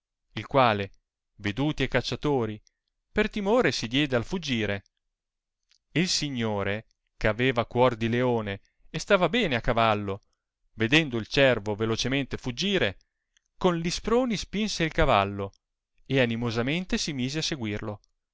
il quale veduti e cacciatori per timore si diede al fuggire il signore ch'aveva cuor di leone e stava bene a cavallo vedendo il cervo velocemente fuggire con gli sproni spinse il cavallo e animosamente si mise a seguirlo